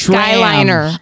Skyliner